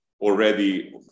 already